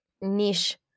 niche